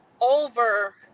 over